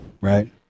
right